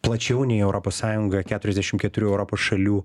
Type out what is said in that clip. plačiau nei europos sąjunga keturiasdešim keturių europos šalių